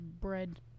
bread